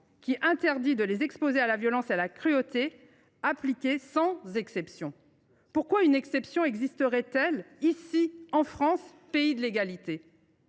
d’exposer les enfants à la violence et à la cruauté appliquée sans exception ? Pourquoi une exception existerait elle ici, en France, pays de l’égalité ?